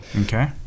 Okay